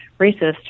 racist